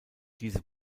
diese